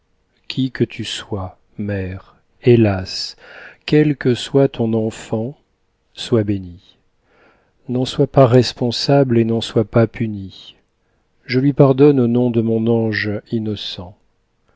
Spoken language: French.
qui que tu sois mère hélas quel que soit ton enfant sois bénie n'en sois pas responsable et n'en sois pas punie je lui pardonne au nom de mon ange innocent